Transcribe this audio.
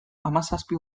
hamazazpi